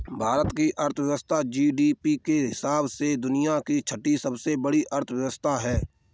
भारत की अर्थव्यवस्था जी.डी.पी के हिसाब से दुनिया की छठी सबसे बड़ी अर्थव्यवस्था है